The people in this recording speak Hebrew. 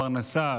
פרנסה,